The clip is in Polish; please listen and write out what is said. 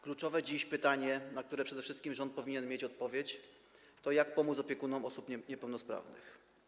Kluczowe dziś pytanie, na które przede wszystkim rząd powinien mieć odpowiedź, to: Jak pomóc opiekunom osób niepełnosprawnych?